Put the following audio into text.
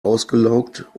ausgelaugt